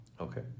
Okay